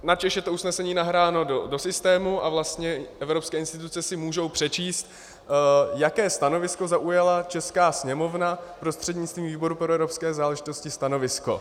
Načež je to usnesení nahráno do systému a vlastně evropské instituce si můžou přečíst, jaké stanovisko zaujala česká sněmovna prostřednictvím výboru pro evropské záležitosti stanovisko.